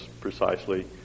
precisely